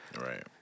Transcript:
Right